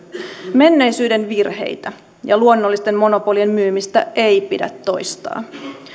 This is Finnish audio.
menneisyyden virheitä ja luonnollisten monopolien myymistä ei pidä toistaa